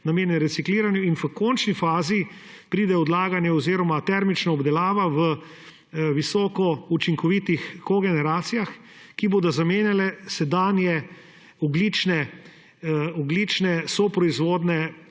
namenjen recikliranju. In v končni fazi pride odlaganje oziroma termična obdelava v visoko učinkovitih kogeneracijah, ki bodo zamenjale sedanje ogljične soproizvodnje